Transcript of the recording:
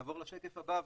נעבור לשקף הבא.